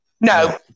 No